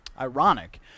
ironic